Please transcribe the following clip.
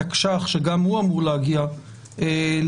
בתקש"ח, שגם הוא אמור להגיע לכנסת,